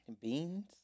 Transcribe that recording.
Beans